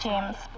James